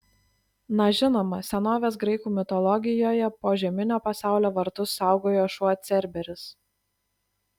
na žinoma senovės graikų mitologijoje požeminio pasaulio vartus saugojo šuo cerberis